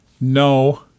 No